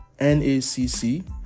NACC